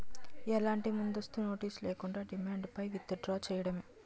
ఎలాంటి ముందస్తు నోటీస్ లేకుండా, డిమాండ్ పై విత్ డ్రా చేయడమే